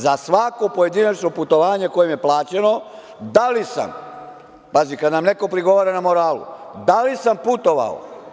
Za svako moje pojedinačno putovanje koje mi je plaćeno da li sam, pazi kad nam neko prigovara na moralu, da li sam putovao.